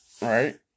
Right